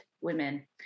women